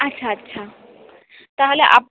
আচ্ছা আচ্ছা তাহলে আপ